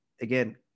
again